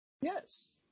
Yes